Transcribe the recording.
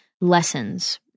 lessons